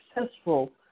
successful